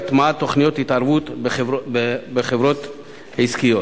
והטמעת תוכניות התערבות בחברות עסקיות.